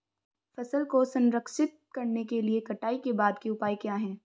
फसल को संरक्षित करने के लिए कटाई के बाद के उपाय क्या हैं?